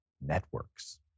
networks